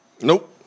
Nope